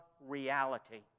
reality